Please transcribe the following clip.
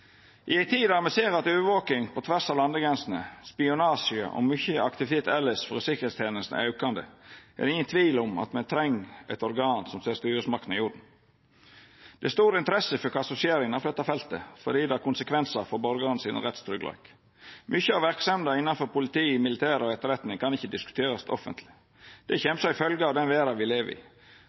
I ei tid der me ser at overvaking på tvers av landegrensene, spionasje og mykje aktivitet elles frå tryggleikstenestene er aukande, er det ingen tvil om at me treng eit organ som ser styresmaktene i korta. Det er stor interesse for kva som skjer innanfor dette feltet fordi det har konsekvensar for borgarane sin rettstryggleik. Mykje av verksemda innanfor politi, militær og etterretning kan ikkje diskuterast offentleg. Det kjem som følgje av den verda me lever i.